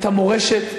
את המורשת,